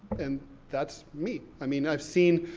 and that's me. i mean, i've seen,